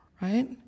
right